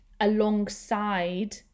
alongside